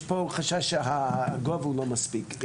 יש כאן חשש שהגובה לא מספיק.